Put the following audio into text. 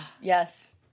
Yes